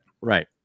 Right